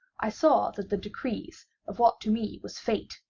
i saw that the decrees of what to me was fate,